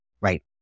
right